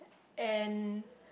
and